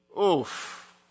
Oof